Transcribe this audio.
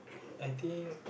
I think